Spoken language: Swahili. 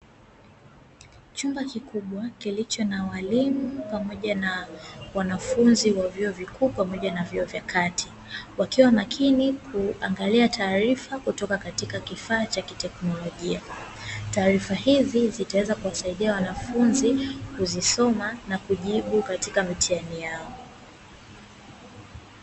Chumba kikubwa kilicho na walimu pamoja na wanafunzi wa vyuo vikuu pamoja na vyuo vya kati wakiwa makini kuangalia taarifa kutoka katika kifaa cha kiteknolojia, taarifa hizi zitaweza kuwasidia wanafunzi kuzisoma na kujibu katika mitihani yao.